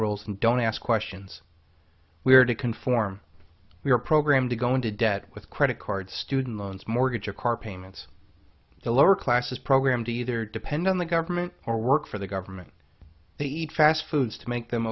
rules and don't ask questions we are to conform we are programmed to go into debt with credit cards student loans mortgage or car payments the lower classes program to either depend on the government or work for the government to eat fast foods to make them